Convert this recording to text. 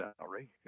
salary